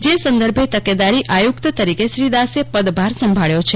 જે સંદર્ભે તકેદારી આયુકત તરીકે શ્રી દાસે પદભાર સંભાળ્યો છે